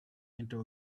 into